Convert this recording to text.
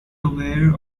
aware